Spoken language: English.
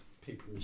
Paper